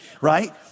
right